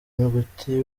nyuguti